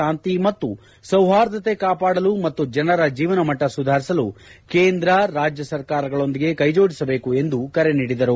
ಶಾಂತಿ ಮತ್ತು ಸೌಹಾರ್ದತೆ ಕಾಪಾಡಲು ಮತ್ತು ಜನರ ಜೀವನಮಟ್ಟ ಸುಧಾರಿಸಲು ಕೇಂದ್ರ ರಾಜ್ಯ ಸರ್ಕಾರಗಳೊಂದಿಗೆ ಕ್ಷೆ ಜೋಡಿಸಬೇಕು ಎಂದು ಕರೆ ನೀಡಿದರು